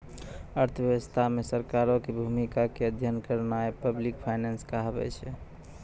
अर्थव्यवस्था मे सरकारो के भूमिका के अध्ययन करनाय पब्लिक फाइनेंस कहाबै छै